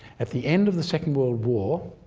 at the end of the second world war,